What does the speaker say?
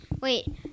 wait